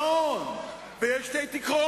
חבר הכנסת בר-און, אם אתה רוצה קריאת